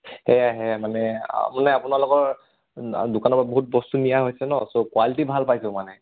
সেয়াই সেয়াই মানে মানে আপোনালোকৰ দোকানৰপৰা বহুত বস্তু নিয়া হৈছে ন চ' কোৱালিটি ভাল পাইছোঁ মানে